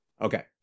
okay